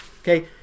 Okay